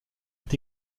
est